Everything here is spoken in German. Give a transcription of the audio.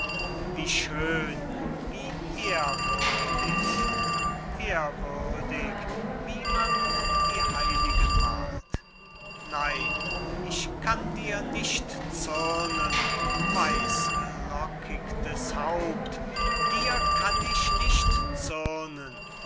wie schön wie ehrwürdig ehrwürdig wie man die heiligen malt nein ich kann dir nicht zürnen weißlockigtes haupt dir kann ich nicht zürnen